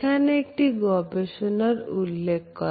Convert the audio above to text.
এখানে একটি গবেষণার উল্লেখ্য